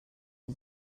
die